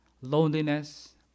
loneliness